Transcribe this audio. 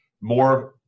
more